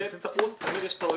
וזו טעות,